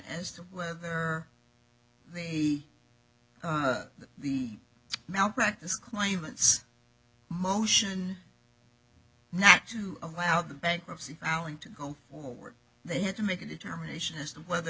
as to whether the the malpractise claimants motion not to allow the bankruptcy filing to go forward they had to make a determination as to whether